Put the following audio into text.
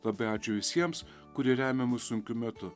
labai ačiū visiems kurie remia mus sunkiu metu